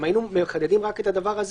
אם היינו מחדדים רק את זה,